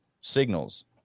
signals